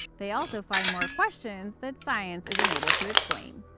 they also find more questions that science is unable to explain.